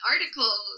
articles